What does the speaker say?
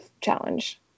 challenge